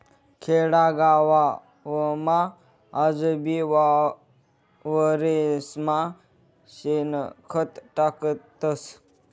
खेडागावमा आजबी वावरेस्मा शेणखत टाकतस